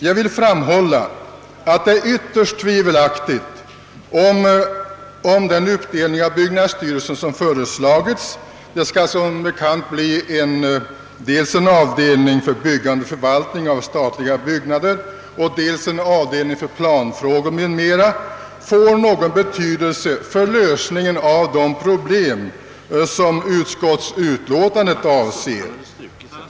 Jag vill dock framhålla, att det är ytterst tvivelaktigt, om den uppdelning av byggnadsstyrelsen som föreslagits — det skall som bekant bli dels en avdelning för byggande och förvaltning av statliga byggnader och dels en avdelning för planfrågor m.m. — får någon betydelse för lösningen av de problem som utskottsutlåtandet avser.